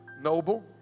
noble